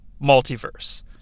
multiverse